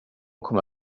kommer